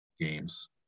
games